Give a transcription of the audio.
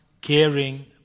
caring